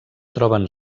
troben